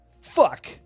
fuck